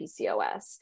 PCOS